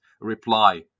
reply